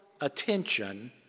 attention